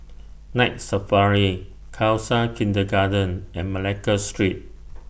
Night Safari Khalsa Kindergarten and Malacca Street